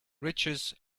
riches